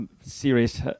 serious